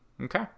Okay